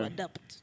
Adapt